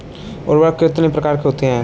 उर्वरक कितने प्रकार के होते हैं?